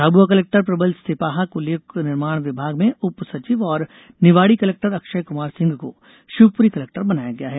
Jhabua collector Prabal Sipaha को लोक निर्माण विभाग में उप सचिव और निवाड़ी कलेक्टर अक्षय कुमार सिंह को शिवपुरी कलेक्टर बनाया गया है